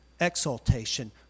Exaltation